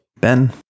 Ben